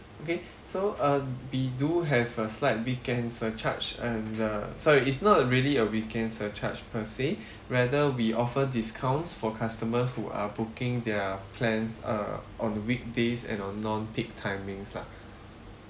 okay so um we do have a slight weekend surcharge and uh sorry it's not a really a weekend surcharge per se rather we offer discounts for customers who are booking their plans uh on weekdays and on non-peak timings lah